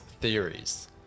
theories